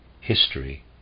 History